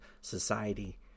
society